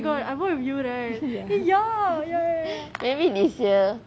hmm ya maybe this year